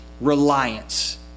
reliance